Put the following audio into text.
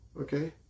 Okay